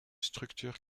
structure